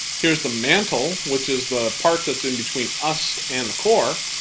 here's the mantle, which is the part that's in-between us and the core.